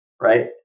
right